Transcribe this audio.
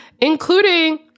including